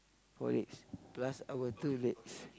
four legs last our two legs